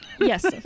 yes